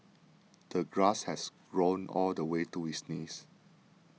the grass has grown all the way to his knees